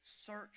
search